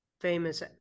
Famous